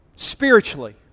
Spiritually